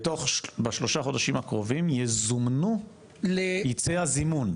לא, לא, בשלושה חודשים הקרובים, יצא הזימון.